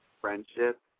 friendship